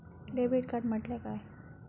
Debit card म्हटल्या काय?